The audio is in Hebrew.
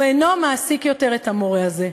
הוא אינו מעסיק יותר את המורה הזה.